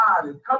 Come